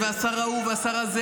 --- בושה וחרפה,